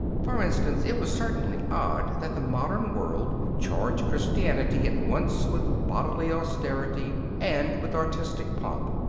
for instance, it was certainly odd that the modern world charged christianity at once with bodily austerity and with artistic pomp.